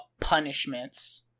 punishments